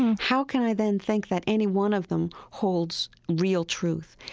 how can i then think that any one of them holds real truth?